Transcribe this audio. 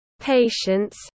patience